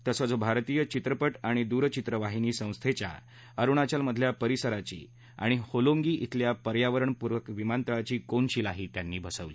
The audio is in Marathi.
तसंच भारतीय चित्रपट आणि दूरचित्रवाहिनी संस्थेच्या अरुणाचलमधल्या परिसराची आणि होलोंगी बिल्या पर्यावरणपुरक विमानतळाची कोनशीलाही त्यांनी बसवली